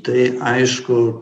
tai aišku